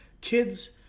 Kids